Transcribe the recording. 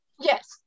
Yes